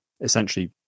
essentially